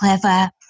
clever